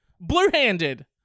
blue-handed